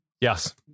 yes